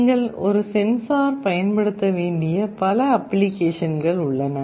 நீங்கள் ஒரு சென்சார் பயன்படுத்த வேண்டிய பல அப்பிளிகேஷன்கள் உள்ளன